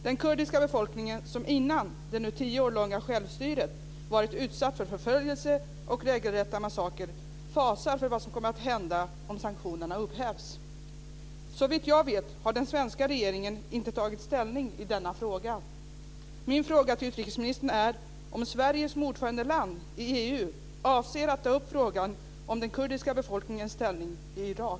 Den kurdiska befolkningen, som innan det nu tio år långa självstyret, har varit utsatt för förföljelse och regelrätta massakrer fasar för vad som kommer att hända om sanktionerna upphävs. Såvitt jag vet har den svenska regeringen inte tagit ställning i denna fråga. Min fråga till utrikesministern är om Sverige som ordförandeland i EU avser att ta upp frågan om den kurdiska befolkningens ställning i Irak.